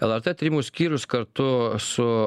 lrt tyrimų skyrius kartu su